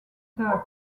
turkish